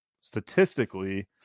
statistically